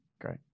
Great